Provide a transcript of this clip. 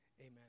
amen